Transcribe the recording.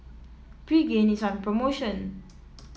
Pregain is on promotion